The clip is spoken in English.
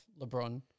LeBron